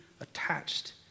attached